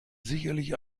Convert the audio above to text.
sicherlich